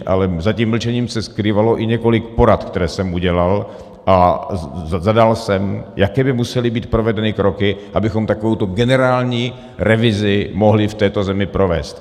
Ale za tím mlčením se skrývalo i několik porad, které jsem udělal, a zadal jsem, jaké by musely být provedeny kroky, abychom takovouto generální revizi mohli v této zemi provést.